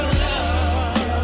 love